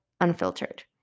Unfiltered